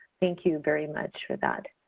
thank you very much for that.